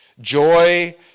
Joy